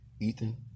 Ethan